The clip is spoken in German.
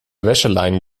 wäscheleinen